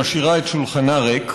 משאירה את שולחנה ריק.